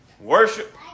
worship